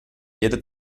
jede